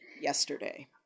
yesterday